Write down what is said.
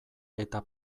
eta